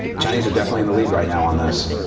chinese are definitely in the lead right now on this.